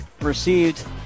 Received